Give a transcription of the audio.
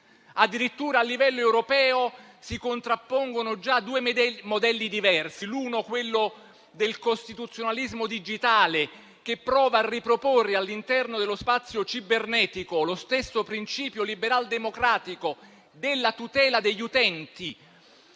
Addirittura a livello europeo si contrappongono già due modelli diversi: quello del costituzionalismo digitale, che prova a riproporre all'interno dello spazio cibernetico lo stesso principio liberaldemocratico della tutela degli utenti